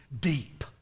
deep